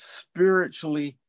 spiritually